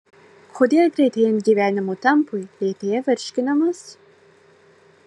kodėl greitėjant gyvenimo tempui lėtėja virškinimas